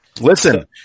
Listen